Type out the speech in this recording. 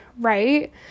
right